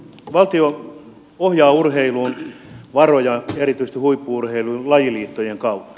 valtio ohjaa urheiluun varoja erityisesti huippu urheiluun lajiliittojen kautta